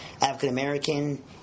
African-American